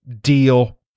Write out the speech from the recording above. deal